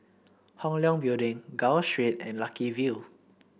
Hong Leong Building Gul Street and Lucky View